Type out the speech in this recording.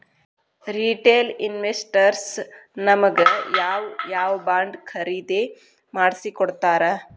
Retail investors ನಮಗ್ ಯಾವ್ ಯಾವಬಾಂಡ್ ಖರೇದಿ ಮಾಡ್ಸಿಕೊಡ್ತಾರ?